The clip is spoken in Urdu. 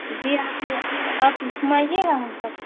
جی آک آپ گھمائیے گا ہم سب